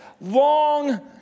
long